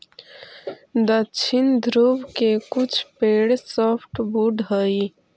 दक्षिणी ध्रुव के कुछ पेड़ सॉफ्टवुड हइ